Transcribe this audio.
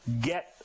get